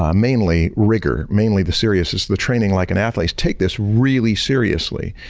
um mainly, rigor. mainly, the serious is the training like an athlete take this really seriously.